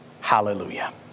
hallelujah